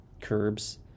curbs